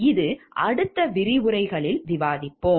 இது அடுத்த விரிவுரைகளில் விவாதிப்போம்